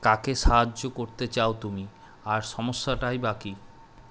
কাকে সাহায্য করতে চাও তুমি আর সমস্যাটাই বাকি